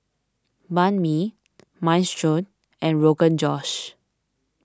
Banh Mi Minestrone and Rogan Josh